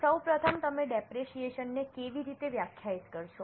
સૌ પ્રથમ તમે ડેપરેશીયેશન ને કેવી રીતે વ્યાખ્યાયિત કરશો